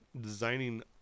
designing